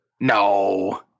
no